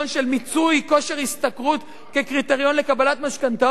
מיצוי כושר השתכרות כקריטריון לקבלת משכנתאות?